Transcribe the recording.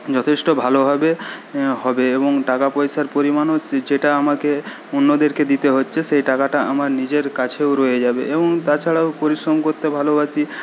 যথেষ্ট ভালোভাবে হবে এবং টাকা পয়সার পরিমাণও যেটা আমাকে অন্যদেরকে দিতে হচ্ছে সে টাকাটা আমার নিজের কাছেও রয়ে যাবে এবং তাছাড়াও পরিশ্রম করতে ভালোবাসি